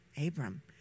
Abram